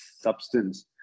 substance